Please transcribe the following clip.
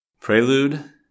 Prelude